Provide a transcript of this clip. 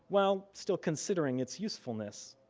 while still considering it's usefulness.